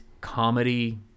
comedy